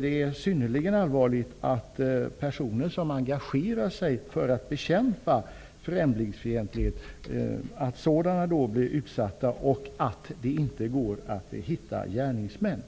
Det är synnerligen allvarligt att personer som engagerar sig för att bekämpa främlingsfientlighet blir utsatta och att det inte går att hitta gärningsmännen.